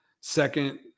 second